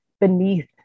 beneath